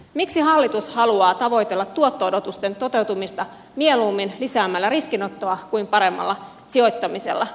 miksi hallitus haluaa tavoitella tuotto odotusten toteutumista mieluummin lisäämällä riskinottoa kuin paremmalla sijoittamisella